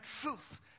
truth